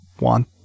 want